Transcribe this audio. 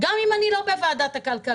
גם אם אני לא בוועדת הכלכלה.